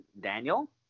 Daniel